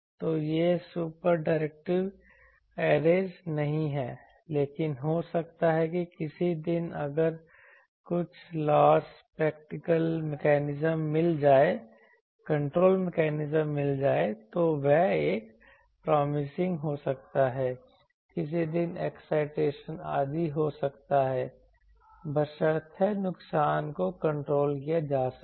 तो ये super directive arrays नहीं हैं लेकिन हो सकता है कि किसी दिन अगर कुछ लॉस कंट्रोल मैकेनिज़्म मिल जाए तो वह एक आशाजनक हो सकता है किसी दिन एक्साइटेशन आदि जो हो सकता है बशर्ते नुकसान को कंट्रोल किया जा सके